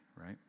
right